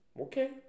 Okay